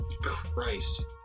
Christ